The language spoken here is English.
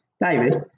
David